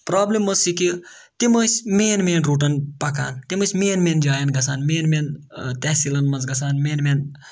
problem ٲسۍ یہِ کہِ تِم ٲسۍ مین مین روٗٹن پَکان تِم ٲسۍ مین مین جاین گژھان مین مین تَحصیٖلَن منٛز گژھان مین مین